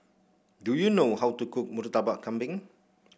do you know how to cook Murtabak Kambing